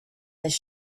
this